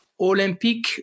Olympique